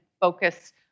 focus